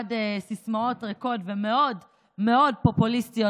ומלבד סיסמאות ריקות ומאוד מאוד פופוליסטיות